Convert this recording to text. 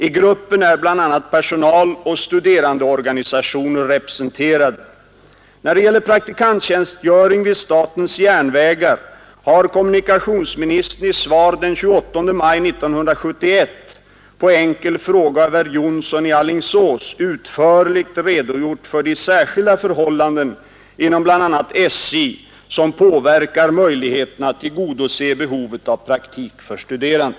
I gruppen är bl.a. personaloch studerandeorganisationer representerade. När det gäller praktikanttjänstgöring vid statens järnvägar har kommunikationsministern i svar den 28 maj 1971 på enkel fråga av herr Jonsson i Alingsås utförligt redogjort för de särskilda förhållanden inom bl.a. SJ som påverkar möjligheterna att tillgodose behovet av praktik för studerande.